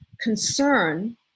concern